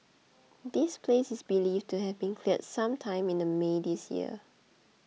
the place is believed to have been cleared some time in the May this year